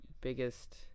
biggest